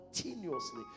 continuously